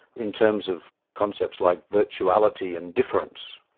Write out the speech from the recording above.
in terms of concepts like virtuality and difference,